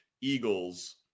Eagles